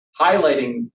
highlighting